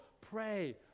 pray